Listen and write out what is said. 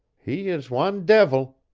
he is wan devil.